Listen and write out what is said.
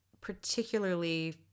particularly